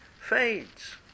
fades